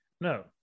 No